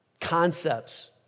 concepts